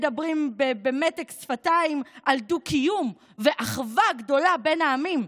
מדברים במתק שפתיים על דו-קיום ואחווה גדולה בין העמים,